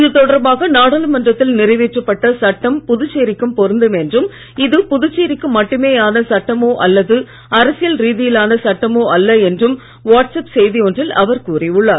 இது தொடர்பாக நாடாளுமன்றத்தில் நிறைவேற்றப்பட்ட சட்டம் புதுச்சேரிக்கும் பொருந்தும் என்றும் இது புதுச்சேரிக்கு மட்டுமேயான சட்டமோ அல்லது அரசியல் ரீதியிலான சட்டமோ அல்ல என்றும் வாட்ஸ் அப் செய்தி ஒன்றில் அவர் கூறி உள்ளார்